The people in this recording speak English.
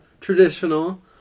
traditional